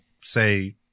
say